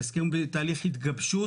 ההסכם הוא בתהליך התגבשות,